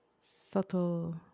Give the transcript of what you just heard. subtle